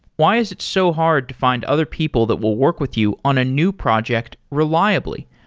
why is it so hard to find other people that will work with you on a new project reliably?